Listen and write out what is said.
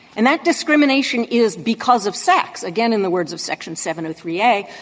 and that discrimination is because of sex again, in the words of section seven of three a,